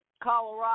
Colorado